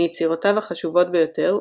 מיצירותיו החשובות ביותר,